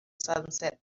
sunset